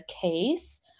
case